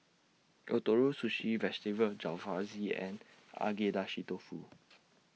Ootoro Sushi Vegetable Jalfrezi and Agedashi Dofu